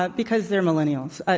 but because they're millennials.